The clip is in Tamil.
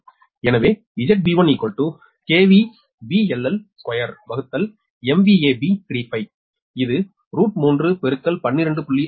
எனவே இது 312